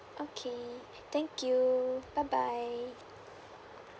okay thank you bye bye